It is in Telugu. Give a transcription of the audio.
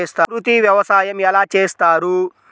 ప్రకృతి వ్యవసాయం ఎలా చేస్తారు?